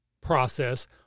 process